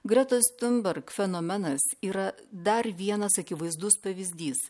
greta tiunberg fenomenas yra dar vienas akivaizdus pavyzdys